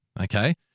okay